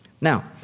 Now